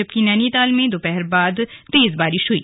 जबकि नैनीताल में दोपहर बाद तेज बारिश हुई